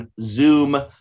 Zoom